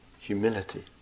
humility